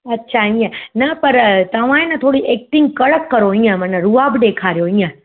अछा ईअं न पर तव्हां ई न थो एक्टिंग कड़क करो ईअं माना रुहाबु ॾेखारियो ईअं